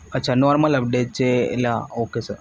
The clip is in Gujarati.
અચ્છા નોર્મલ અપડેટ છે એટલે ઓકે સર